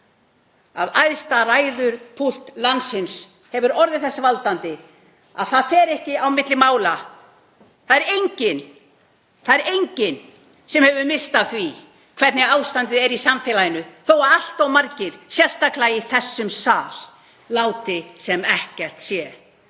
frá æðsta ræðupúlti landsins og hefur orðið þess valdandi að það fer ekki á milli mála, það er enginn sem hefur misst af því hvernig ástandið er í samfélaginu þó að allt of margir, sérstaklega í þessum sal, láti sem ekkert sé.